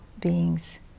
beings